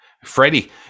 Freddie